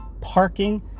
parking